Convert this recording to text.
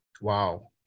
wow